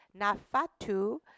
Nafatu